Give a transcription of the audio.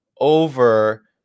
over